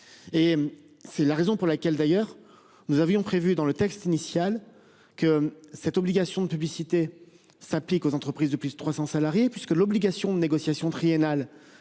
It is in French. et c'est la raison pour laquelle d'ailleurs nous avions prévu dans le texte initial que cette obligation de publicité s'applique aux entreprises de plus de 300 salariés puisque l'obligation de négociation triennale